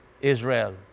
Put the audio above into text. Israel